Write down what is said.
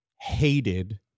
hated